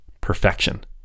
perfection